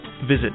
Visit